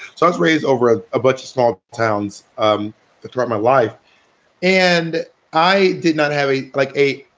so i was raised over a a bunch of small towns um throughout my life and i did not have a like a.